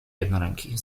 jednoręki